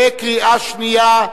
בקריאה שנייה.